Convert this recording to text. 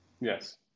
yes